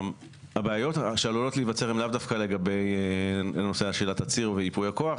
בעיות שעלולות להיווצר הן לאו דווקא בנושא שאלת התצהיר וייפוי הכוח,